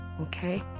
Okay